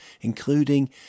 including